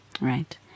Right